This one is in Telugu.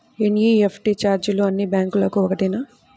ఎన్.ఈ.ఎఫ్.టీ ఛార్జీలు అన్నీ బ్యాంక్లకూ ఒకటేనా?